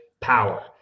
power